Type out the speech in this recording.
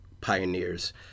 pioneers